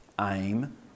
aim